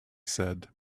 said